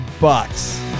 bucks